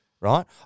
right